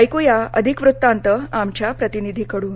ऐक्या अधिक वृत्तांत आमच्या प्रतिनिधीकडून